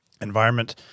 environment